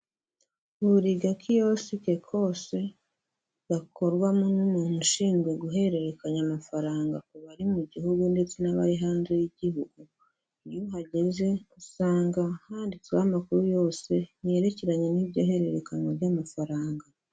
Buri gakiyosike kose gakorwamo n'umuntu ushinzwe guhererekanya amafaranga ku bari mu gihugu ndetse n'abari hanze y'igihugu, iyo uhageze usanga handitseho amakuru yose yerekeranye n'iryo hererekanywa ry'amafaranga.